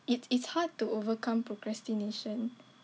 it's it's hard to overcome procrastination